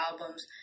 albums